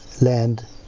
land